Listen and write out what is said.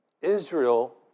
Israel